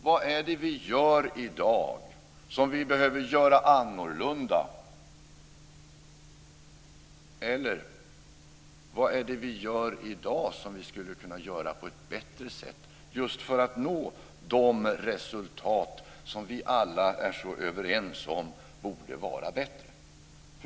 Vad är det vi gör i dag som vi behöver göra annorlunda, eller vad är det vi gör i dag som vi skulle kunna göra på ett bättre sätt för att nå resultat som vi alla är så överens om borde vara bättre?